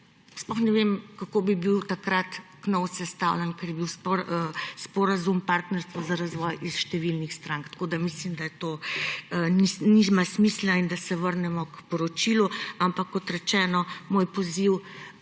Sploh ne vem, kako bi bil takrat Knovs sestavljen, ker je bil sporazum Partnerstvo za razvoj iz številnih strank. Mislim, da to nima smisla in da se vrnemo k poročilu. Kot rečeno, moj poziv,